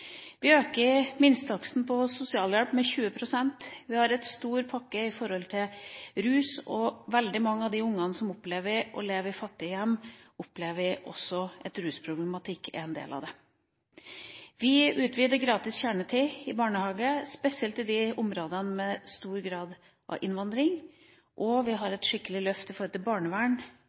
Vi øker minstetaksten på sosialhjelp med 20 pst. Vi har en stor pakke når det gjelder rus, og veldig mange av de ungene som opplever å leve i fattige hjem, opplever også at rusproblematikk er en del av det. Vi utvider gratis kjernetid i barnehage, spesielt i områdene med stor grad av innvandring, og vi har et skikkelig løft når det gjelder barnevern,